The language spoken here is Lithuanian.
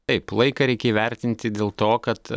taip laiką reikia įvertinti dėl to kad